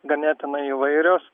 ganėtinai įvairios